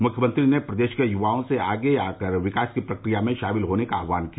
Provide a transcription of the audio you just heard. मुख्यमंत्री ने प्रदेश के युवाओं से आगे आकर विकास की प्रकिया में शामिल होने का आहवान किया